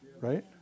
right